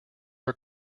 are